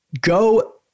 go